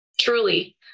Truly